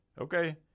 okay